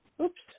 oops